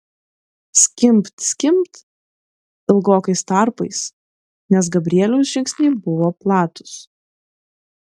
skimbt skimbt ilgokais tarpais nes gabrieliaus žingsniai buvo platūs